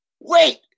Wait